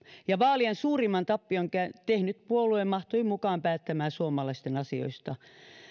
ja vaalien suurimman tappion tehnyt puolue mahtui mukaan päättämään suomalaisten asioista